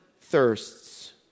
thirsts